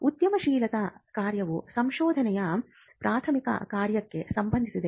ಉದ್ಯಮಶೀಲತಾ ಕಾರ್ಯವು ಸಂಶೋಧನೆಯ ಪ್ರಾಥಮಿಕ ಕಾರ್ಯಕ್ಕೆ ಸಂಬಂಧಿಸಿದೆ